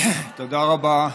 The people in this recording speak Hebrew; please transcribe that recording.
תודה רבה.